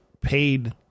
paid